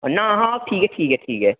ना हां अक्खीं दिक्खियै